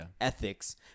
ethics